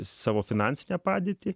savo finansinę padėtį